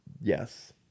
Yes